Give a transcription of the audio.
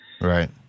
Right